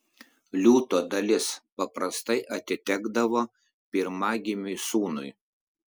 liūto dalis paprastai atitekdavo pirmagimiui sūnui